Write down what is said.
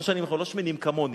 לא שמנים כמוני.